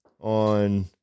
on